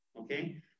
okay